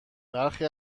برخی